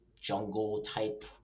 jungle-type